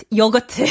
yogurt